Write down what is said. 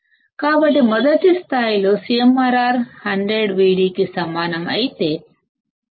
కాబట్టి మొదటి దానిలో CMRR 100 Vd కి సమానం అంటే ఏమిటి